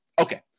Okay